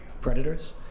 predators